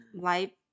light